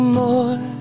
more